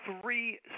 Three